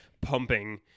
pumping